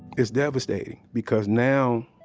it's devastating, because now,